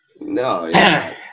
no